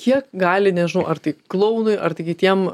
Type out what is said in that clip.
kiek gali nežinau ar tai klounui ar tai kitiem